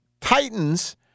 Titans